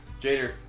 Jader